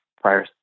prior